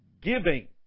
Giving